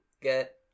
get